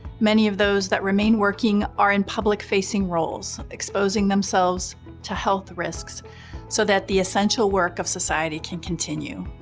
many of those that remain working are in public-facing roles, exposing themselves to health risks so that the essential work of society can continue.